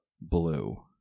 blue